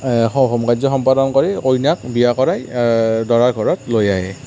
home কাৰ্য সম্পাদন কৰি কইনাক বিয়া কৰাই দৰা ঘৰত লৈ আহে